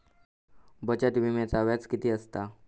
बचत विम्याचा व्याज किती असता?